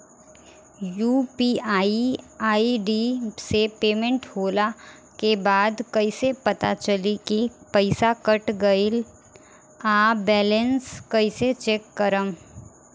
UPI ID से payment होला के बाद कइसे पता चली की पईसा कट गएल आ बैलेंस कइसे चेक करम?